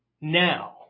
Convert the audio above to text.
Now